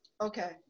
Okay